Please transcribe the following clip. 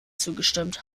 zugestimmt